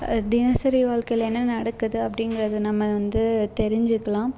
தினசரி வாழ்க்கையில் என்ன நடக்குது அப்படிங்கிறது நம்ம வந்து தெரிஞ்சக்கலாம்